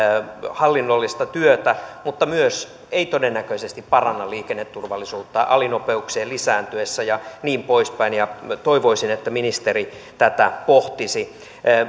hallinnollista työtä mutta ei todennäköisesti paranna liikenneturvallisuutta alinopeuksien lisääntyessä ja niin poispäin toivoisin että ministeri tätä pohtisi